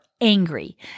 angry